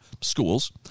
schools